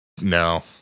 no